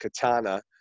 Katana